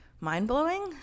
mind-blowing